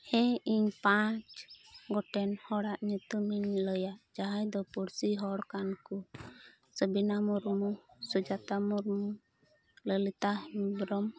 ᱦᱮᱸ ᱤᱧ ᱯᱟᱸᱪ ᱜᱚᱴᱮᱱ ᱦᱚᱲᱟᱜ ᱧᱩᱛᱩᱢᱤᱧ ᱞᱟᱹᱭᱟ ᱡᱟᱦᱟᱸᱭ ᱫᱚ ᱯᱩᱬᱥᱤ ᱦᱚᱲ ᱠᱟᱱᱟ ᱠᱚ ᱥᱟᱹᱵᱤᱱᱟ ᱢᱩᱨᱢᱩ ᱥᱩᱡᱟᱛᱟ ᱢᱩᱨᱢᱩ ᱞᱚᱞᱤᱛᱟ ᱦᱮᱢᱵᱨᱚᱢ